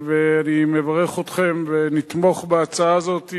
ואני מברך אתכם, ונתמוך בהצעה הזאת.